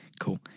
Cool